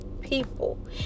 people